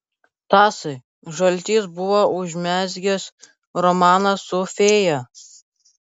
tasai žaltys buvo užmezgęs romaną su fėja